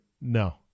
No